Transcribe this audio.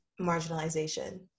marginalization